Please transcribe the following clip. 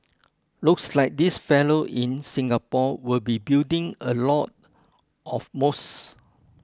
looks like this fellow in Singapore will be building a lot of mosques